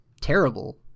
terrible